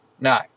no